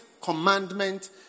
commandment